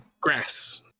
grass